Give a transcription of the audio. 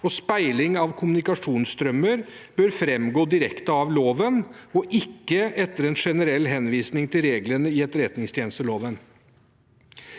og speiling av kommunikasjonsstrømmer bør framgå direkte av loven, og ikke etter en generell henvisning til reglene i etterretningstjenesteloven.